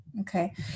Okay